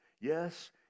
Yes